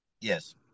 Yes